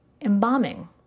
Embalming